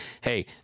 hey